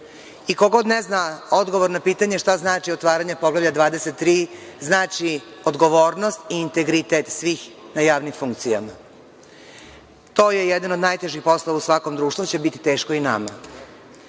Ko god ne zna odgovor na pitanje šta znači otvaranje Poglavlja 23 znači odgovornost i integritet svih na javnim funkcijama. To je jedan od najtežih poslova u svakom društvu, pa će biti teško i nama. Znam